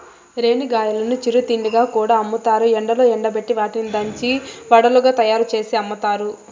రేణిగాయాలను చిరు తిండిగా కూడా అమ్ముతారు, ఎండలో ఎండబెట్టి వాటిని దంచి వడలుగా తయారుచేసి తింటారు